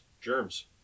germs